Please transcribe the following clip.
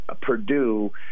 Purdue